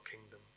kingdom